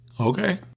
Okay